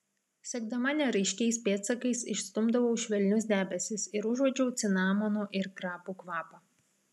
sekdama neraiškiais pėdsakais išstumdau švelnius debesis ir užuodžiu cinamonų ir krapų kvapą